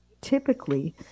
typically